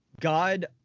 God